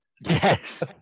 Yes